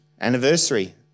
anniversary